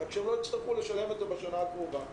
רק שהם לא יצטרכו לשלם אותו בשנה הקרובה.